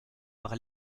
par